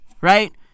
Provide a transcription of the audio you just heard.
Right